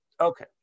Okay